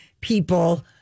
people